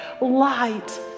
light